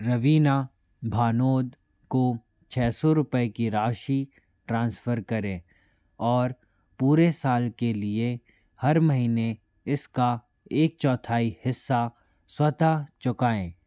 रवीना भानोत को छः सौ रुपये की राशी ट्रांसफ़र करें और पूरे साल के लिए हर महीने इसका एक चौथाई हिस्सा स्वतः चुकाएं